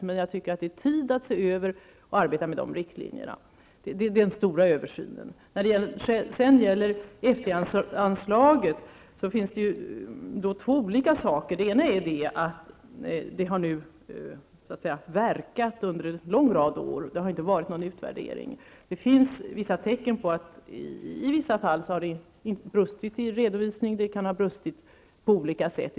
Jag tycker dock att det är dags att se över och arbeta med de riktlinjerna. Detta är den stora översynen. Det finns vissa tecken på att det i vissa fall har brustit i redovisning och på annat sätt.